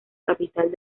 capital